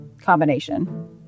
combination